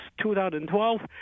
2012